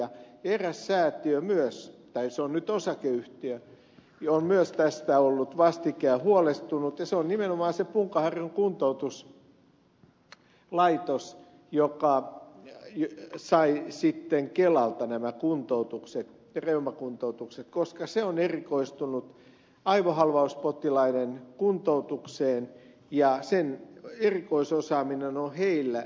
eräs säätiö myös tai se on nyt osakeyhtiö on tästä ollut vastikään huolestunut ja se on nimenomaan se punkaharjun kuntoutuslaitos joka sai sitten kelalta nämä reumakuntoutukset koska se on erikoistunut aivohalvauspotilaiden kuntoutukseen ja sen erikoisosaaminen on heillä